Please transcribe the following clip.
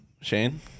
Shane